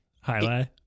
Highlight